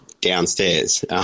downstairs